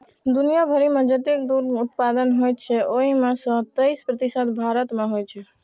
दुनिया भरि मे जतेक दुग्ध उत्पादन होइ छै, ओइ मे सं तेइस प्रतिशत भारत मे होइ छै